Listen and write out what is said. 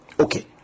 Okay